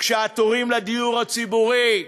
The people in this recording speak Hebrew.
כשהתורים לדיור הציבורי,